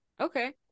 Okay